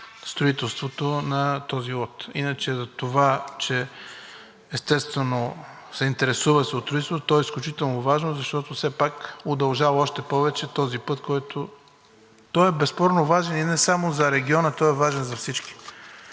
строителството на този лот. Иначе затова, че, естествено, се интересувате от строителството, то е изключително важно, защото все пак удължава още повече този път, който безспорно е важен и не само за региона, той е важен за всички.